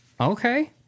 Okay